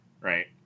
right